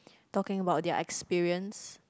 talking about their experience